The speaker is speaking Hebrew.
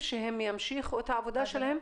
תקציב שהם ימשיכו את העבודה שלהם?